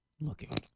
looking